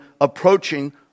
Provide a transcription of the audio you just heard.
approaching